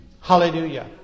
Hallelujah